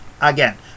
Again